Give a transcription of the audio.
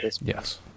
Yes